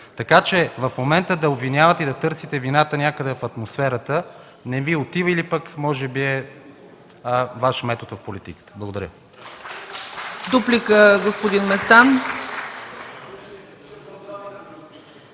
Така че в момента да обвинявате и да търсите вината някъде в атмосферата не Ви отива, или пък може би е Ваш метод в политиката. Благодаря.